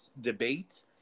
debate